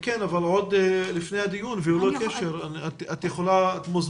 כן, אבל עוד לפני הדיון וללא קשר, את מוזמנת.